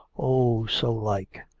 oh, so like!